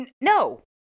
No